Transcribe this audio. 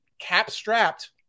cap-strapped